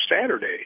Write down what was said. Saturday